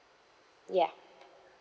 yup